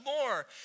more